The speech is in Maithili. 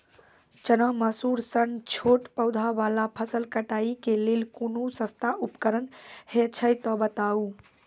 चना, मसूर सन छोट पौधा वाला फसल कटाई के लेल कूनू सस्ता उपकरण हे छै तऽ बताऊ?